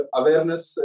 awareness